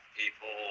people